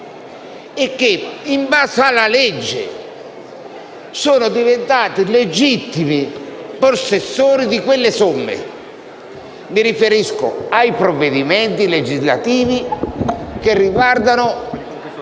ma che, in base alla legge, sono poi diventati legittimi possessori di quelle somme. Mi riferisco ai provvedimenti legislativi che riguardano